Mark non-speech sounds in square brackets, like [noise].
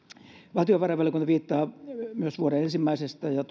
valtiovarainvaliokunta viittaa myös vuoden ensimmäisestä ja [unintelligible]